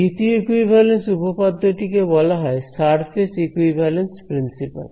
দ্বিতীয় ইকুইভ্যালেন্স উপপাদ্যটি কে বলা হয় সারফেস ইকুইভ্যালেন্স প্রিন্সিপাল